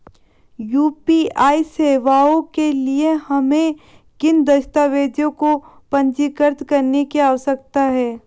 UPI सेवाओं के लिए हमें किन दस्तावेज़ों को पंजीकृत करने की आवश्यकता है?